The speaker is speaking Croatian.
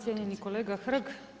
Cijenjeni kolega Hrg.